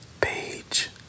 Page